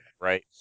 right